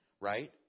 Right